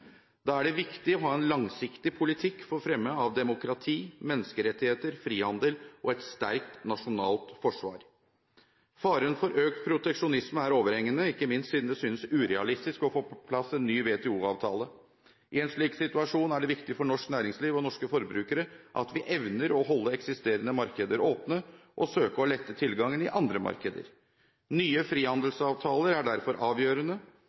Da er det viktig å ha en langsiktig politikk for fremme av demokrati, menneskerettigheter, frihandel og et sterkt nasjonalt forsvar. Faren for økt proteksjonisme er overhengende, ikke minst siden det synes urealistisk å få på plass en ny WTO-avtale. I en slik situasjon er det viktig for norsk næringsliv og norske forbrukere at vi evner å holde eksisterende markeder åpne, og søker å lette tilgangen i andre markeder. Nye frihandelsavtaler er derfor avgjørende,